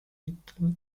little